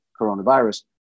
coronavirus